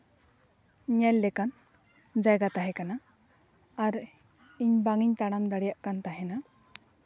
ᱧᱮᱞ ᱞᱮᱠᱟᱱ ᱡᱟᱭᱜᱟ ᱛᱟᱦᱮᱸ ᱠᱟᱱᱟ ᱟᱨ ᱤᱧ ᱵᱟᱝ ᱤᱧ ᱛᱟᱲᱟᱢ ᱫᱟᱲᱮᱭᱟᱜ ᱠᱟᱱ ᱛᱟᱦᱮᱱᱟ